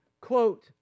quote